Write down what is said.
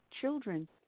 children